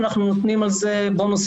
אנחנו נותנים על זה בונוסים.